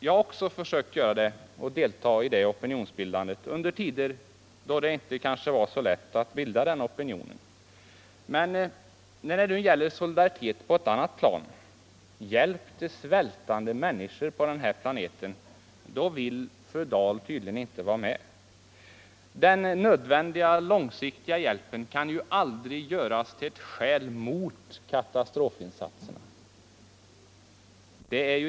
Jag har också försökt delta i det opinionsbildandet under tider då det kanske inte var så lätt att bilda den opinionen. Men när det nu gäller solidaritet på ett annat plan, hjälp till svältande människor på den här planeten, vill fru Dahl tydligen inte vara med. Den nödvändiga långsiktiga hjälpen kan ju aldrig göras till ett skäl mot katastrofinsatserna.